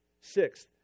Sixth